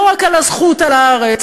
לא רק על הזכות על הארץ,